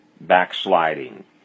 backsliding